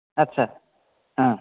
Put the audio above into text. ଆଚ୍ଛା ହଁ